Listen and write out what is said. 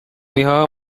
bihaha